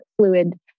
fluid